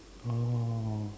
oh